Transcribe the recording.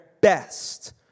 best